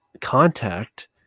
contact